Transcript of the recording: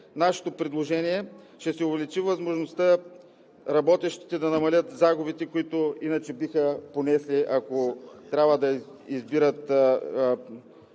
нашето предложение, ще се увеличи възможността работещите да намалят загубите, които иначе биха понесли, ако трябва да избират